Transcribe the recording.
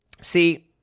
See –